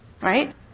right